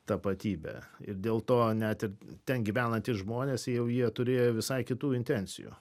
tapatybę ir dėl to net ir ten gyvenantys žmonės jau jie turėjo visai kitų intencijų